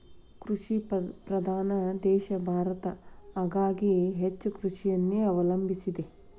ಕೃಷಿ ಪ್ರಧಾನ ದೇಶ ಭಾರತ ಹಾಗಾಗಿ ಹೆಚ್ಚ ಕೃಷಿಯನ್ನೆ ಅವಲಂಬಿಸಿದೆ